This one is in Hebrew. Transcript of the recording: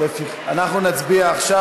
אנחנו נצביע עכשיו.